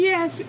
Yes